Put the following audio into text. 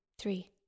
three